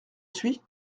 suis